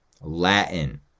Latin